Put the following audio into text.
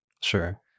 sure